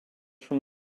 from